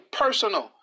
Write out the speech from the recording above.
personal